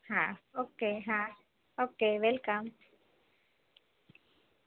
હા ઓકે હા okay welcome